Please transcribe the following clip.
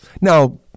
Now